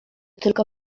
tylko